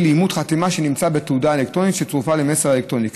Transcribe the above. לאימות חתימה שנמצא בתעודה האלקטרונית שצורפה למסר האלקטרוני,